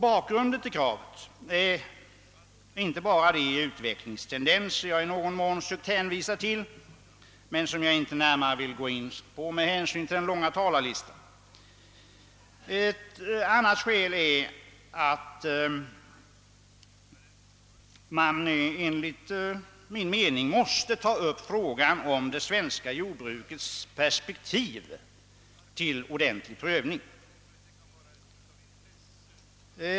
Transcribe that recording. Bakgrunden till kravet är inte bara de utvecklingstendenser jag i någon mån sökt hänvisa till men som jag inte närmare vill gå in på med hänsyn till den långa talarlistan. Ett annat skäl är att man enligt vår mening måste ta upp frågan om det svenska jordbrukets perspektiv till ordentlig prövning.